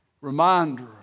reminder